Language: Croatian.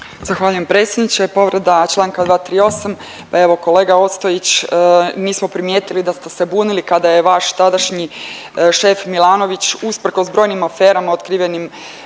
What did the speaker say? Zahvaljujem predsjedniče, povreda čl. 238, pa evo, kolega Ostojić nismo primijetili da ste se bunili kada je vaš tadašnji šef Milanović usprkos brojim aferama otkrivenim